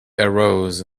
arose